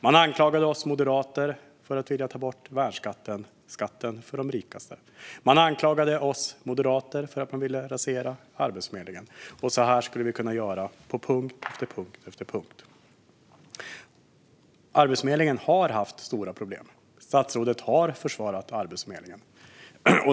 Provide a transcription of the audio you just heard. Man anklagade oss moderater för att vilja ta bort värnskatten - skatten för de rikaste. Man anklagade oss moderater för att vilja rasera Arbetsförmedlingen. Så här skulle vi kunna fortsätta på punkt efter punkt. Arbetsförmedlingen har haft stora problem. Statsrådet har försvarat Arbetsförmedlingen.